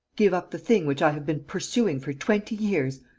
give up the thing which i have been pursuing for twenty years?